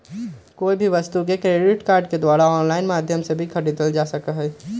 कोई भी वस्तु के क्रेडिट कार्ड के द्वारा आन्लाइन माध्यम से भी खरीदल जा सका हई